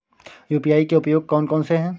UPI के उपयोग कौन कौन से हैं?